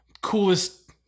Coolest